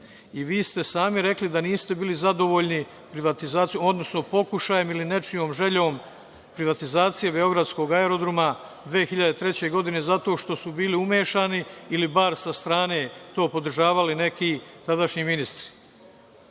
Sami ste rekli da niste bili zadovoljni privatizacijom, odnosno pokušajem ili nečijom željom privatizacije beogradskog aerodroma 2003. godine, jer su bili umešani ili bar sa strane podržavali neki tadašnji ministri. Mi